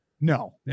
No